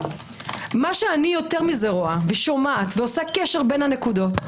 מה שאני יותר מזה רואה ושומעת ומקשרת בין הנקודות,